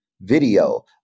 video